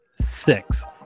six